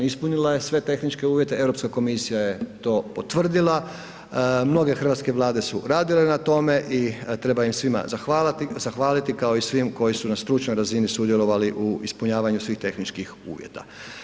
Ispunila je sve tehničke uvjete, Europska komisija je to potvrdila, mnoge hrvatske Vlade su radile na tome i treba im svima zahvaliti kao i svim koji su na stručnoj razini sudjelovali u ispunjavanju svih tehničkih uvjeta.